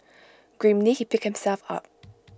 grimly he picked himself up